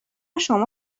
شما